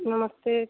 नमस्ते